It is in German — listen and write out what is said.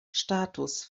status